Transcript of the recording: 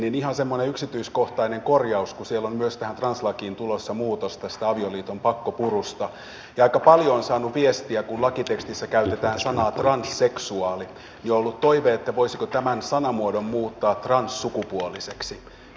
ihan semmoinen yksityiskohtainen korjaus kun siellä on myös tähän translakiin tulossa muutos tästä avioliiton pakkopurusta ja aika paljon olen saanut viestiä siitä kun lakitekstissä käytetään sanaa transseksuaali niin on ollut toive että voisiko tämän sanamuodon muuttaa transsukupuoliseksi